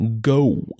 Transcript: go